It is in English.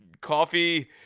Coffee